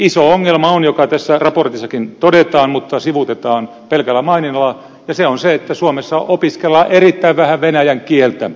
iso ongelma on joka tässä raportissakin todetaan mutta sivuutetaan pelkällä maininnalla ja se on se että suomessa opiskellaan erittäin vähän venäjän kieltä